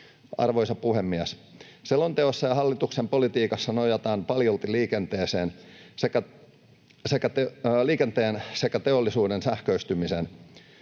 Arvoisa puhemies! Selonteossa ja hallituksen politiikassa nojataan paljolti liikenteen sekä teollisuuden sähköistymiseen.